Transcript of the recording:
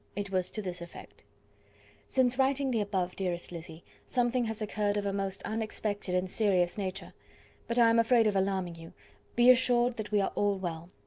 it was to this effect since writing the above, dearest lizzy, something has occurred of a most unexpected and serious nature but i am afraid of alarming you be assured that we are all well.